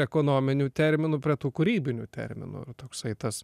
ekonominių terminų prie tų kūrybinių terminų toksai tas